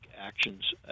actions